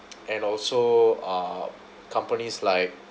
and also uh companies like